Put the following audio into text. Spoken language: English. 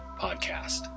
Podcast